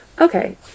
Okay